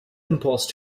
impulse